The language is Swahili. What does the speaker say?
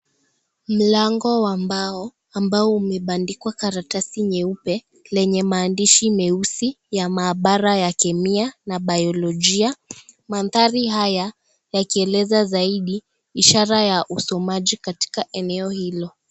Mlango ambao umebandikwa karatasi nyeupe lenye maandishi meusi ya maabara ya kemia na biologia mandhari haya yakieleza zaidi ashara ya usomaji katika eneo hilo.